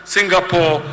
Singapore